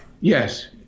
Yes